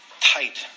tight